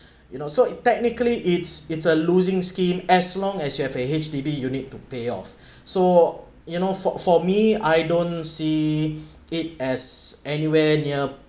you know so it technically it's it's a losing scheme as long as you have a H_D_B you need to pay off so you know for for me I don't see it as anywhere near